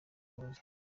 kuza